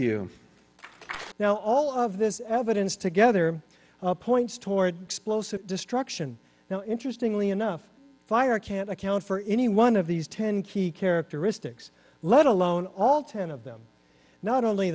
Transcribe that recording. you now all of this evidence together points toward explosive destruction now interestingly enough fire can't account for any one of these ten key characteristics let alone all ten of them not only